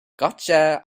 gotcha